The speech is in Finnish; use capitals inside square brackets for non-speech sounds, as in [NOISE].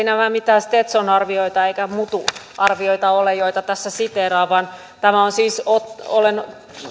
[UNINTELLIGIBLE] nämä mitään stetsonarvioita eivätkä mutuarvioita ole joita tässä siteeraan vaan olen